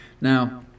Now